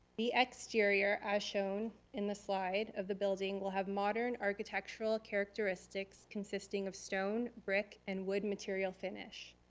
the exterior as shown in the slide of the building, will have modern architectural characteristics consisting of stone, brick and wood material finish.